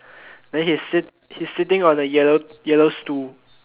then he sit he sitting on the yellow yellow stool